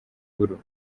bihuru